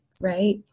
Right